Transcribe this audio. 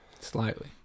Slightly